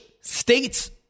states